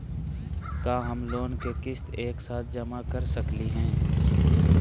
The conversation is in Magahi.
का हम लोन के किस्त एक साथ जमा कर सकली हे?